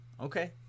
Okay